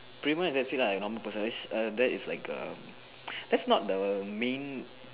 prima and that's it lah you know that is like a that's not the main